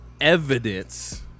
evidence